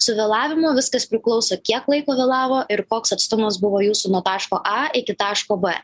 su vėlavimu viskas priklauso kiek laiko vėlavo ir koks atstumas buvo jūsų nuo taško a iki taško b